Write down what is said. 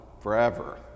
forever